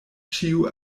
ĉiu